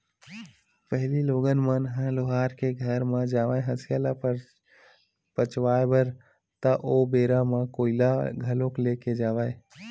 पहिली लोगन मन ह लोहार के घर म जावय हँसिया ल पचवाए बर ता ओ बेरा म कोइला घलोक ले के जावय